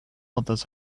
others